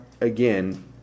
again